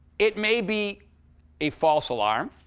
it may be a false alarm,